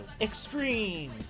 Extreme